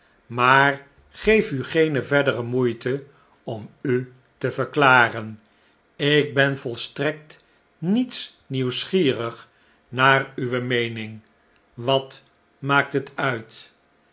maar geef u geene verdere moeite om u te verklaren ik ben volstrekt niets nieuwsgierig naar uwe meening wat maakthet uit